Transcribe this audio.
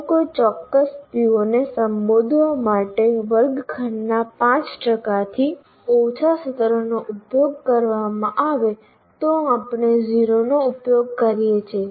જો કોઈ ચોક્કસ PO ને સંબોધવા માટે વર્ગખંડના 5 ટકાથી ઓછા સત્રોનો ઉપયોગ કરવામાં આવે તો આપણે 0 નો ઉપયોગ કરીએ છીએ